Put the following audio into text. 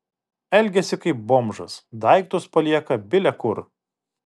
elgiasi kaip bomžas daiktus palieka bile kur